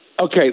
Okay